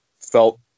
felt